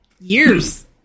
Years